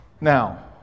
Now